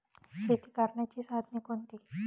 शेती करण्याची साधने कोणती?